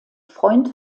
freund